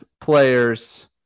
players